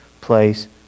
place